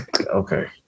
okay